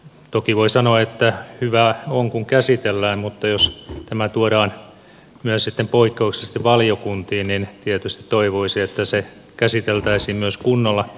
toki voi sanoa että hyvä on kun käsitellään mutta jos tämä tuodaan myös sitten poikkeuksellisesti valiokuntiin niin tietysti toivoisi että se käsiteltäisiin myös kunnolla ajan kanssa